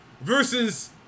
versus